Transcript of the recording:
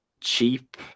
cheap